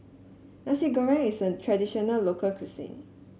Nasi Goreng is a traditional local cuisine